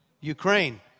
Ukraine